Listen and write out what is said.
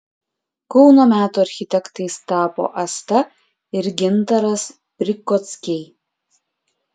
kauno metų architektais tapo asta ir gintaras prikockiai